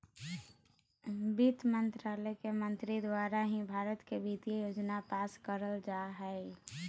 वित्त मन्त्रालय के मंत्री द्वारा ही भारत के वित्तीय योजना पास करल जा हय